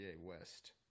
West